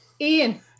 Ian